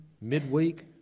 midweek